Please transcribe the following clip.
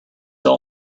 all